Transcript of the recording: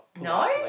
No